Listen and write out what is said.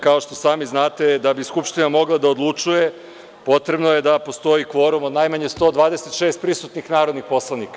Kao što sami znate da bi Skupština mogla da odlučuje potrebno je da postoji kvorum od najmanje 126 prisutnih narodnih poslanika.